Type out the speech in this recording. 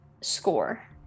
score